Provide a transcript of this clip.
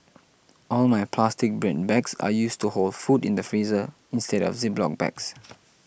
all my plastic bread bags are used to hold food in the freezer instead of Ziploc bags